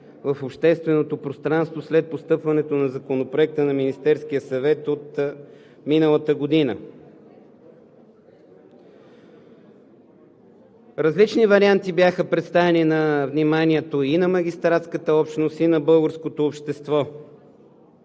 в общественото пространство след постъпването на Законопроекта на Министерския съвет от миналата година. Различни варианти бяха представени на вниманието на магистратската общност и на българското общество.